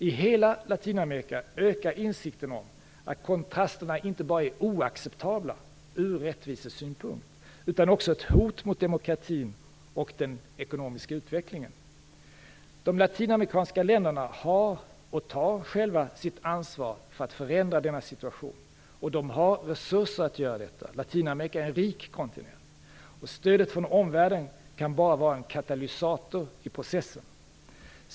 I hela Latinamerika ökar insikten om att kontrasterna inte bara är oacceptabla ur rättvisesynpunkt, utan också ett hot mot demokratin och den ekonomiska utvecklingen. De latinamerikanska länderna har, och tar, själva sitt ansvar för att förändra denna situation. De har resurser för att göra det. Latinamerika är en rik kontinent. Stödet från omvärlden kan bara vara en katalysator i processen.